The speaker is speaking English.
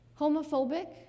Homophobic